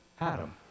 Adam